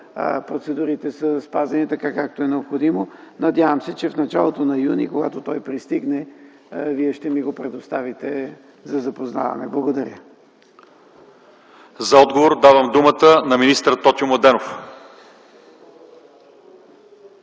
процедурите са спазени, така както е необходимо. Надявам се, че в началото на м. юни, когато той пристигне, Вие ще ми го предоставите за запознаване. Благодаря. ПРЕДСЕДАТЕЛ ЛЪЧЕЗАР ИВАНОВ: За отговор давам думата на министър Тотю Младенов.